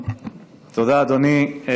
אדוני.